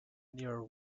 near